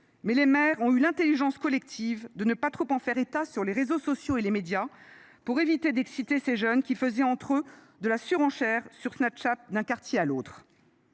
Mais les maires ont eu l’intelligence collective de ne pas trop en faire état sur les réseaux sociaux et dans les médias, pour éviter d’exciter ces jeunes, qui faisaient entre eux de la surenchère sur Snapchat d’un quartier à l’autre.